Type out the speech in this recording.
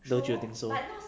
don't you think so